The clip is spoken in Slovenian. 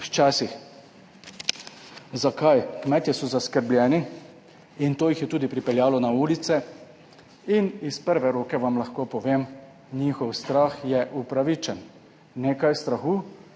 včasih. Zakaj? Kmetje so zaskrbljeni in to jih je tudi pripeljalo na ulice in iz prve roke vam lahko povem, njihov strah je upravičen, nekaj strahu,